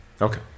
Okay